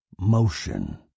Motion